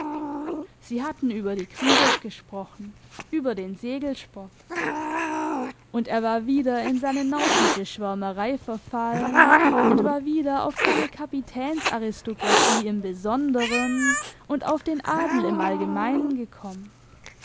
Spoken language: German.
sie hatten über die krügers gesprochen über den segelsport und er war wieder in seine nautische schwärmerei verfallen und war wieder auf seine kapitänsaristokratie im besonderen und auf den adel im allgemeinen gekommen